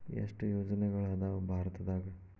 ಎಷ್ಟ್ ಯೋಜನೆಗಳ ಅದಾವ ಭಾರತದಾಗ?